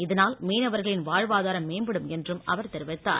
இதனால் மீனவர்களின் வாழ்வாதாரம் மேம்படும் என்றும் அவர் தெரிவித்தார்